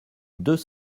deux